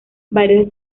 varios